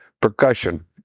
Percussion